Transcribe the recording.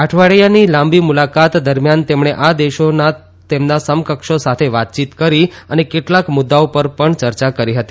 અઠવાડીયાની લાંબી મુલાકાત દરમિયાન તેમણે આ દેશોના તેમના સમકક્ષો સાથે વાતયીત કરી અને કેટલાક મુદ્દાઓ પર પણ ચર્ચા કરી હતી